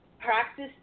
Practice